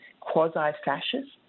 quasi-fascists